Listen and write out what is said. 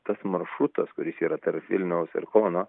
tas maršrutas kuris yra tarp vilniaus ir kauno